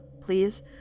please